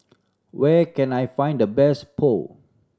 where can I find the best Pho